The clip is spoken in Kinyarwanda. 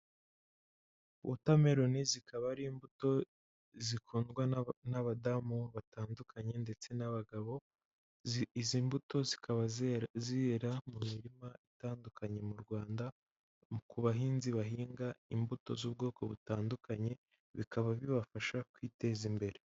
Watermelon zikaba ari imbuto zikundwa n'abadamu batandukanye ndetse n'abagabo, izi mbuto zikabazera zera mu mirima itandukanye mu Rwanda, ku bahinzi bahinga imbuto z'ubwoko butandukanye, bikaba bibafasha kwiteza imbere.